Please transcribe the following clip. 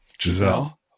Giselle